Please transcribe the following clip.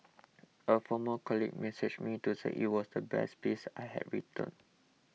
a former colleague messaged me to say it was the best piece I had written